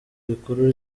rikuru